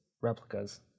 replicas